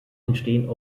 entstehen